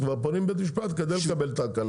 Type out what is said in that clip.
פונים לבית משפט כדי לקבל את ההקלה.